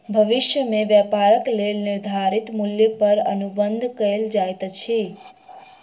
भविष्य में व्यापारक लेल निर्धारित मूल्य पर अनुबंध कएल जाइत अछि